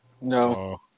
No